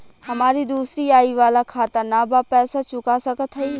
हमारी दूसरी आई वाला खाता ना बा पैसा चुका सकत हई?